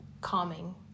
calming